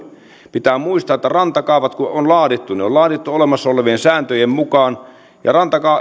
pitää muistaa että kun rantakaavat on laadittu ne on laadittu olemassa olevien sääntöjen mukaan